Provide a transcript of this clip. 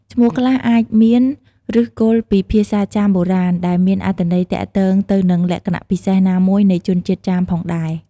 ឈ្មោះខ្លះអាចមានឫសគល់ពីភាសាចាមបុរាណ ដែលមានអត្ថន័យទាក់ទងទៅនឹងលក្ខណៈពិសេសណាមួយនៃជនជាតិចាមផងដែរ។